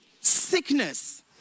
sickness